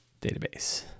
database